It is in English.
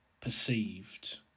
perceived